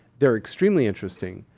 they're extremely interesting.